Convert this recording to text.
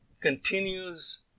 continues